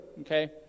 okay